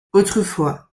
autrefois